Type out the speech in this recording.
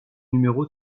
numéro